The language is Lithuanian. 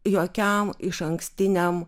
jokiam išankstiniam